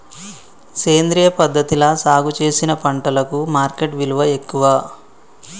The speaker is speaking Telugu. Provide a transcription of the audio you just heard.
సేంద్రియ పద్ధతిలా సాగు చేసిన పంటలకు మార్కెట్ విలువ ఎక్కువ